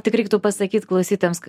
tik reiktų pasakyt klausytojams